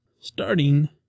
Starting